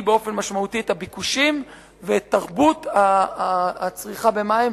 באופן משמעותי את הביקושים ואת תרבות הצריכה במים.